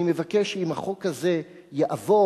אני מבקש שאם החוק שאנו דנים בו עכשיו יתקבל,